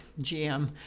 GM